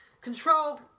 Control